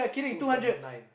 two seven nine